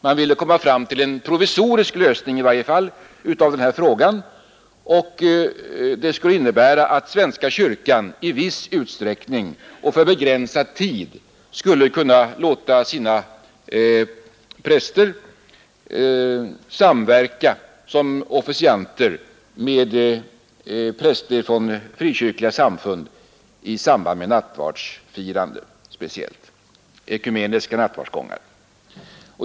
Man ville komma fram till i varje fall en provisorisk lösning av denna fråga, som skulle innebära att svenska kyrkan i viss utsträckning och för begränsad tid skulle kunna låta sina präster samverka som officianter med präster från frikyrkliga samfund speciellt i samband med nattvardsfirande, dvs. vid ekumeniska nattvardsgångar.